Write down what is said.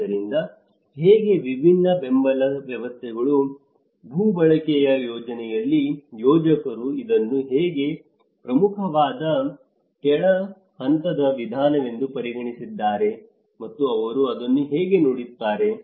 ಆದ್ದರಿಂದ ಹೇಗೆ ವಿಭಿನ್ನ ಬೆಂಬಲ ವ್ಯವಸ್ಥೆಗಳು ಭೂ ಬಳಕೆಯ ಯೋಜನೆಯಲ್ಲಿ ಯೋಜಕರು ಇದನ್ನು ಹೇಗೆ ಪ್ರಮುಖವಾದ ಕೆಳ ಹಂತದ ವಿಧಾನವೆಂದು ಪರಿಗಣಿಸಿದ್ದಾರೆ ಮತ್ತು ಅವರು ಅದನ್ನು ಹೇಗೆ ನೋಡುತ್ತಾರೆ